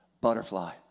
Butterfly